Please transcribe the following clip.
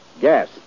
Gas